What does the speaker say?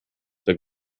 der